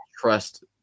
trust